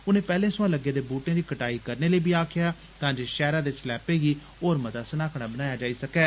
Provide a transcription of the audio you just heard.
उनें पैहले सवां लग्गे दे बूटें दी कटाई करने लेई बी आक्खेया तां जे शैहरा दे छलैपे गी होर मता सनखड़ा बनाया जाई सकै